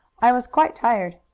i was quite tired.